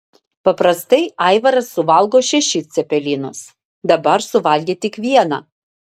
paprastai aivaras suvalgo šešis cepelinus dabar suvalgė tik vieną